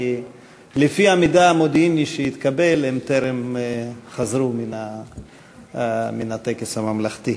כי לפי המידע המודיעיני שהתקבל הם טרם חזרו מן הטקס הממלכתי.